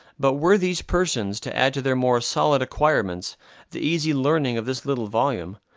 but were these persons to add to their more solid acquirements the easy learning of this little volume,